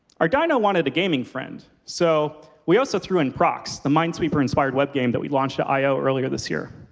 our dino wanted a gaming friend, so we also threw in proxx, the minesweeper-inspired web game that we launched at i o earlier this year.